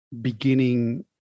beginning